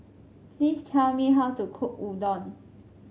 please tell me how to cook Udon